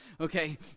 Okay